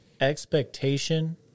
Expectation